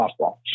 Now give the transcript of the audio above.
softball